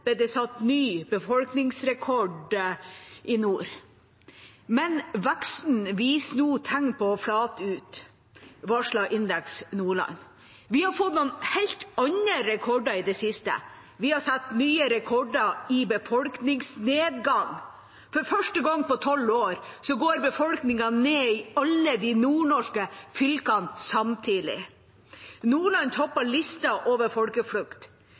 ble det satt ny befolkningsrekord i nord. Men veksten viser nå tegn på å flate ut, varsler Indeks Nordland. Vi har fått noen helt andre rekorder i det siste. Vi har satt nye rekorder i befolkningsnedgang. For første gang på tolv år går befolkningen ned i alle de nordnorske fylkene samtidig. Nordland topper lista over folkeflukt.